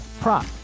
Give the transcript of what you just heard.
prop